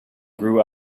grew